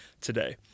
today